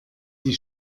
die